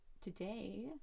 today